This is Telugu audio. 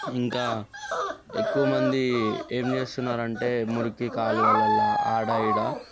ఇంకా ఎక్కువ మంది ఏం చేస్తున్నారు అంటే మురికి కాలువలలో ఆడ ఈడ